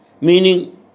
meaning